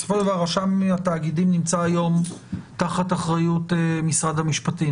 בסופו של דבר רש התאגידים נמצא היום תחת אחריות משרד המשפטים,